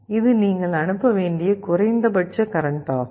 இது நீங்கள் அனுப்ப வேண்டிய குறைந்தபட்ச கரண்ட் ஆகும்